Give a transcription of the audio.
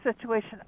situation